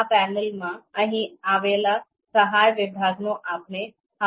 આ પેનલમાં અહીં આવેલા સહાય વિભાગનો આપણે હંમેશાં ઉપયોગ કરી શકીએ છીએ